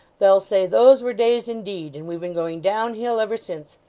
they'll say, those were days indeed, and we've been going down hill ever since.